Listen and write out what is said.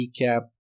recap